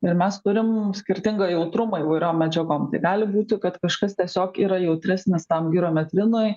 ir mes turim skirtingą jautrumą įvairiom medžiagom tai gali būti kad kažkas tiesiog yra jautresnis tam girometrinui